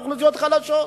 אוכלוסיות חלשות.